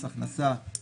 מס הכנסה והיטלים.